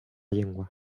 llengua